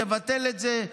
תבטל את זה.